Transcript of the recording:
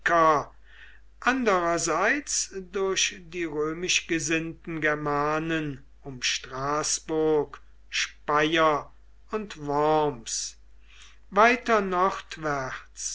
andererseits durch die römisch gesinnten germanen um straßburg speyer und worms weiter nordwärts